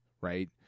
right